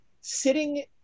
sitting